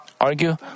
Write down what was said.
argue